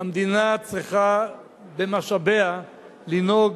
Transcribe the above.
המדינה צריכה במשאביה לנהוג